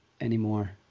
anymore